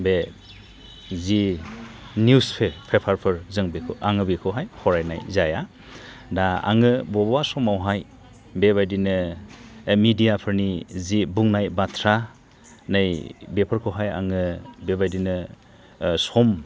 बे जि निउस पेपारफोर जों बेखौ आङो बेखौहाय फरायनाय जाया दा आङो बबावबा समावहाय बेबादिनो मेडियाफोरनि जि बुंनाय बाथ्रा नै बेफोरखौहाय आङो बेबादिनो सम